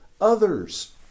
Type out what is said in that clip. others